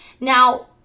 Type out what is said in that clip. Now